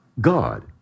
God